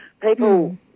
people